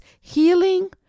healing